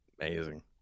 Amazing